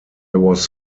was